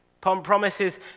promises